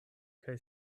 kaj